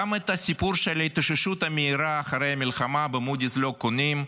גם את הסיפור של ההתאוששות המהירה אחרי המלחמה מודי'ס לא קונים,